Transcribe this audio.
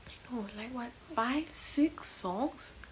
I know like what five six songs